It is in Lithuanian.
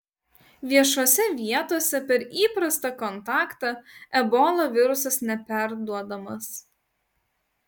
viešose vietose per įprastą kontaktą ebola virusas neperduodamas